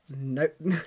Nope